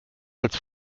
als